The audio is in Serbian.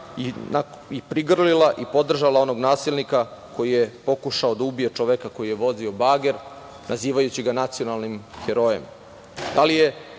i prigrlila i podržala onog nasilnika koji je pokušao da ubije čoveka koji je vozio bager, nazivajući ga nacionalnim herojem? Da li je